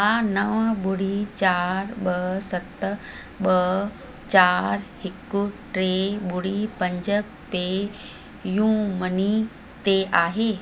छा नवं ॿुड़ी चार ॿ सत ॿ चार हिकु टे ॿुड़ी पंज पे यू मनी ते आहे